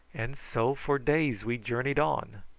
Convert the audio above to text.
and so for days we journeyed on,